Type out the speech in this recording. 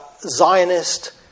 Zionist